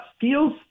feels